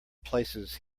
places